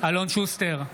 אלון שוסטר,